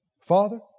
father